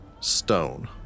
stone